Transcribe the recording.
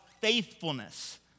faithfulness